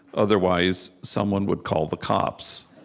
otherwise someone would call the cops.